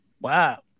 Wow